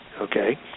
okay